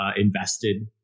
invested